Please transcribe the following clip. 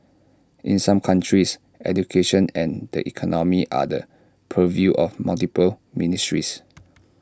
in some countries education and the economy are the purview of multiple ministries